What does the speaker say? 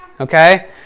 okay